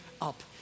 up